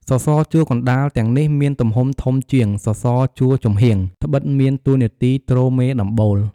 សសរជួរកណ្តាលទាំងនេះមានទំហំធំជាង សសរជួរចំហៀង ត្បិតមានតួនាទីទ្រមេដំបូល។